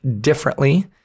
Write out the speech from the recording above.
differently